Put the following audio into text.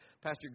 Pastor